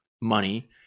money